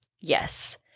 Yes